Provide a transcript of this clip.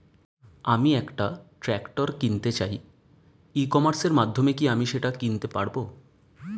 আমি একটা ট্রাক্টর কিনতে চাই ই কমার্সের মাধ্যমে কি আমি সেটা কিনতে পারব?